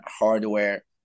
hardware